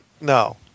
no